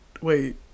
wait